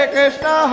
Krishna